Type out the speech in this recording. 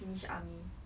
finish army